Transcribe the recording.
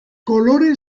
kolore